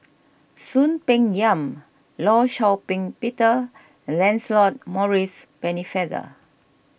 Soon Peng Yam Law Shau Ping Peter and Lancelot Maurice Pennefather